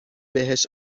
بهش